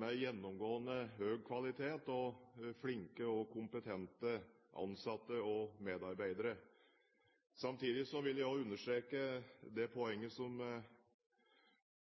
med gjennomgående høy kvalitet og flinke og kompetente ansatte og medarbeidere. Samtidig vil jeg understreke det poenget som